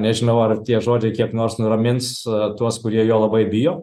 nežinau ar tie žodžiai kiek nors nuramins tuos kurie jo labai bijo